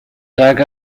tak